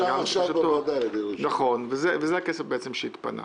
זה הכסף שהתפנה.